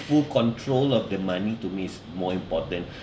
full control of the money to me is more important